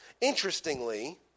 Interestingly